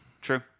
True